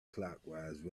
clockwise